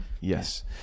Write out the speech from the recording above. Yes